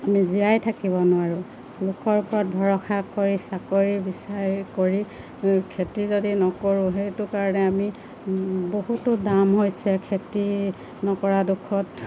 আমি জীয়াই থাকিব নোৱাৰোঁ লোকৰ ওপৰত ভৰসা কৰি চাকৰি বিচাৰি কৰি খেতি যদি নকৰোঁ সেইটো কাৰণে আমি বহুতো দাম হৈছে খেতি নকৰা দুখত